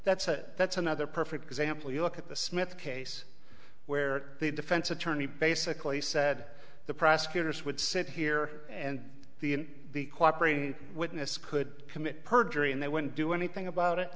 that's that's another perfect example you look at the smith case where the defense attorney basically said the prosecutors would sit here and the and the cooperate witness could commit perjury and they wouldn't do anything about it